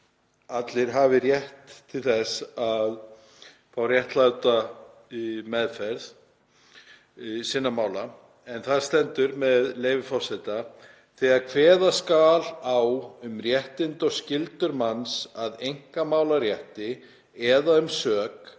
allir hafi rétt til þess að fá réttláta meðferð sinna mála. Þar segir, með leyfi forseta: „Þegar kveða skal á um réttindi og skyldur manns að einkamálarétti eða um sök,